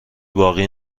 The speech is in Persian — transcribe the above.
باقی